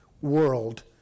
world